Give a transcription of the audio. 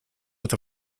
with